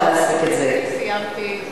מבחינתי סיימתי,